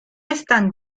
están